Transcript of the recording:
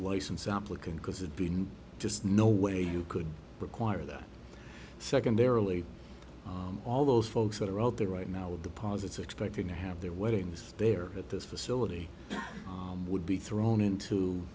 license applicant because it's been just no way you could require that secondarily all those folks that are out there right now with the positive expecting to have their weddings there at this facility would be thrown into